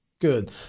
good